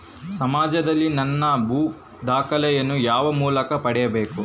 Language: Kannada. ಸಮಾಜದಲ್ಲಿ ನನ್ನ ಭೂ ದಾಖಲೆಗಳನ್ನು ಯಾವ ಮೂಲಕ ಪಡೆಯಬೇಕು?